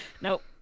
nope